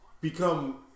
become